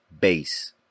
base